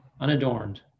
unadorned